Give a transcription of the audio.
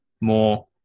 more